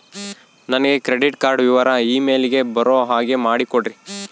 ನನಗೆ credit card ವಿವರ email ಗೆ ಬರೋ ಹಾಗೆ ಮಾಡಿಕೊಡ್ರಿ?